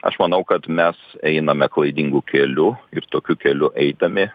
aš manau kad mes einame klaidingu keliu ir tokiu keliu eidami